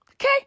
Okay